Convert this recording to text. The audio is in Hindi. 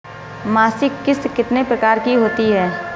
मासिक किश्त कितने प्रकार की होती है?